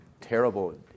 terrible